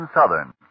Southern